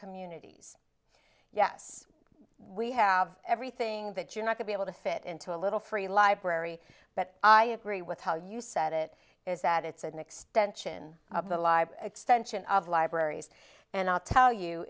communities yes we have everything that you're not to be able to fit into a little free library but i agree with how you set it is that it's an extension of the live extension of libraries and i'll tell you